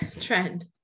trend